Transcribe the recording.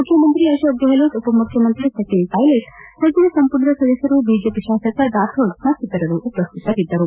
ಮುಖ್ಡಮಂತ್ರಿ ಅಶೋಕ್ ಗೆಹ್ಲೋಟ್ ಉಪಮುಖ್ಡಮಂತ್ರಿ ಸಚಿನ್ ಪೈಲಟ್ ಸಚಿವ ಸಂಪುಟದ ಸದಸ್ವರು ಬಿಜೆಪಿ ಶಾಸಕ ರಾಥೋಡ್ ಮತ್ತಿತರರು ಉಪಸ್ಥಿತರಿದ್ದರು